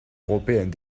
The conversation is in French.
européenne